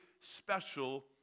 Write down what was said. special